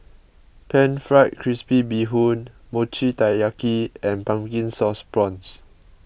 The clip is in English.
Pan Fried Crispy Bee Hoon Mochi Taiyaki and Pumpkin Sauce Prawns